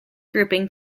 grouping